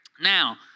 Now